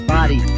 Body